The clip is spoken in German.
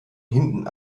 hinten